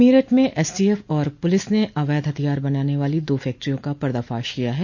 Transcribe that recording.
मेरठ में एसटीएफ और पुलिस ने अवैध हथियार बनाने वाली दो फैक्ट्रियों का पर्दाफाश किया है